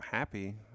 Happy